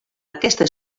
aquesta